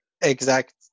exact